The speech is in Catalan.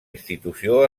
institució